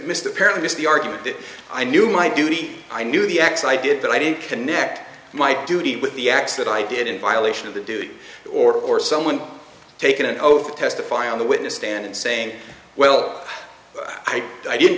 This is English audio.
missed apparently missed the argument that i knew my duty i knew the acts i did but i didn't connect my duty with the acts that i did in violation of the do or someone taking an oath to testify on the witness stand and saying well i i did